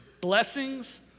blessings